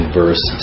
verse